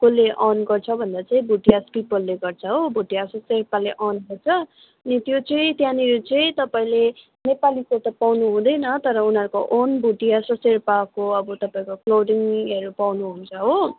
कसले अर्न गर्छ भन्दा चाहिँ भोटियाज पिपलले गर्छ हो भोटियाज र शेर्पाले अर्न गर्छ अनि त्यो चाहिँ त्यहाँनिर चाहिँ तपाईँले नेपालीको त पाउनु हुँदैन तर उनीहरूको ओन भोटिया र सेर्पाको अब तपाईँको क्लोदिङ उयोहरू पाउनुहुन्छ हो